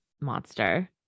monster